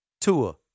Tua